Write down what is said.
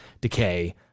decay